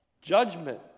judgment